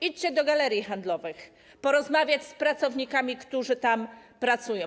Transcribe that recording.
Idźcie do galerii handlowych porozmawiać z pracownikami, którzy tam pracują.